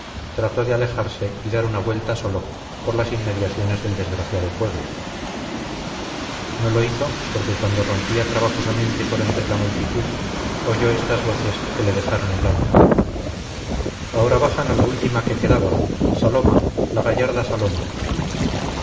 trató de alejarse y dar una vuelta solo por las inmediaciones del desgraciado pueblo no lo hizo porque cuando rompía trabajosamente por entre la multitud oyó estas voces que le dejaron helado ahora bajan a la última que quedaba saloma la gallarda saloma